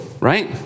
Right